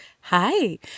Hi